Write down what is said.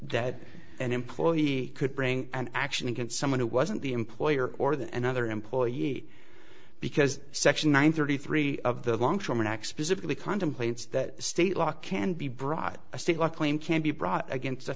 that an employee could bring an action against someone who wasn't the employer or the and other employee because section one thirty three of the longshoreman acts specifically contemplates that state law can be brought by state your claim can be brought against a